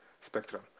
spectrum